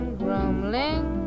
grumbling